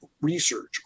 research